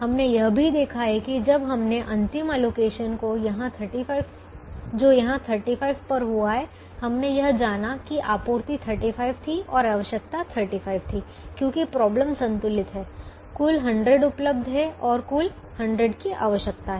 हमने यह भी देखा कि जब हमने अंतिम एलोकेशन जो यहां 35 पर हुआ हमने यह जाना कि आपूर्ति 35 थी और आवश्यकता 35 थी क्योंकि समस्या संतुलित है कुल 100 उपलब्ध है और कुल 100 की आवश्यकता है